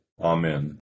Amen